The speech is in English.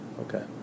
okay